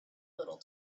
little